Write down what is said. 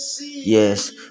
Yes